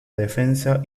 defensa